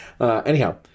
Anyhow